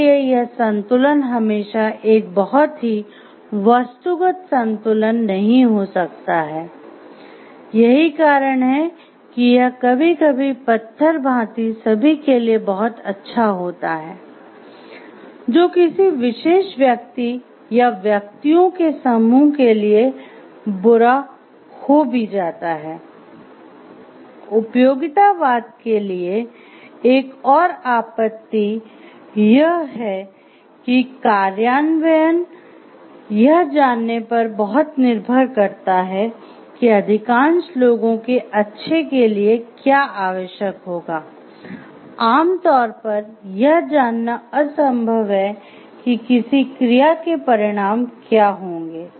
इसलिए यह संतुलन हमेशा एक बहुत ही "वस्तुगत संतुलन" के परिणाम क्या होंगे